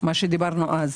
מה שדיברנו אז?